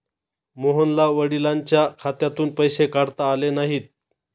मोहनला वडिलांच्या खात्यातून पैसे काढता आले नाहीत